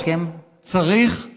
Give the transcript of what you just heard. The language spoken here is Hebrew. צריך לסכם.